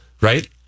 right